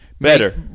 better